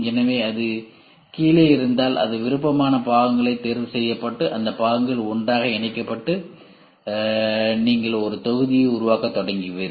எனவே அது கீழே இருந்தால் அது விருப்பமான பாகங்கள் தேர்வு செய்யப்பட்டு இந்த பாகங்கள் ஒன்றாக இணைக்கப்பட்டு நீங்கள் ஒரு தொகுதியை உருவாக்கத் தொடங்குவீர்கள்